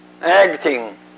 acting